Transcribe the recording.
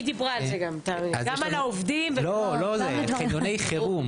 הם חניוני חירום.